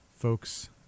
folks